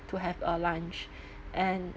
to have uh lunch and